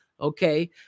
Okay